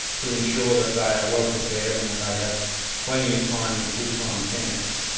to ensure that they are well prepared and that they have plenty of time in full-time camps,